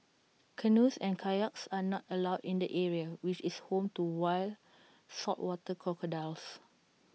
canoes and kayaks are not allowed in the area which is home to wild saltwater crocodiles